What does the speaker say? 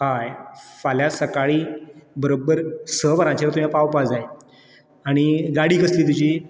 हय फाल्यां सकाळीं बरोब्बर स वराचेर तुवें पावपा जाय आनी गाडी कसली तुजी